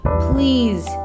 please